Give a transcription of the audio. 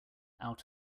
out